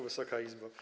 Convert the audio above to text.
Wysoka Izbo!